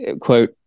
quote